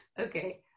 Okay